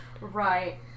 Right